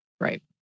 Right